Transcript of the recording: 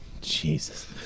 Jesus